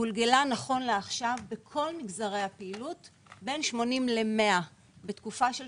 גולגלה נכון לעכשיו בכל מגזרי הפעילות בין 80 ל-100 בתקופה של